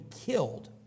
killed